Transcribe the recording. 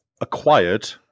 acquired